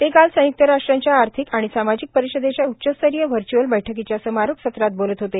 ते काल संय्क्त राष्ट्रांच्या आर्थिक आणि सामाजिक परिषदेच्या उच्चस्तरीय व्हर्च्अल बैठकीच्या समारोप सत्रात बोलत होते